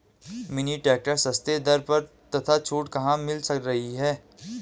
Mini tractor सस्ते दर पर तथा छूट कहाँ मिल रही है?